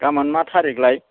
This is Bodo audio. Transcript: गामोन मा थारिख लाय